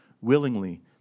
willingly